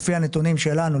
לפי הנתונים שלנו,